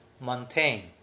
maintain